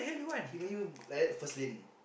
he make you like that first lane